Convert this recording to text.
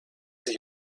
sich